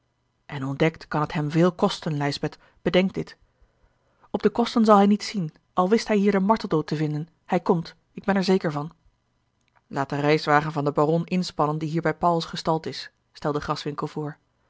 en ontdekt kan het hem veel kosten lijsbeth bedenk dit op de kosten zal hij niet zien al wist hij hier den marteldood te vinden hij komt ik ben er zeker van laat den reiswagen van den baron inspannen die hier bij pauwels gestald is stelde graswinckel voor